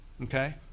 Okay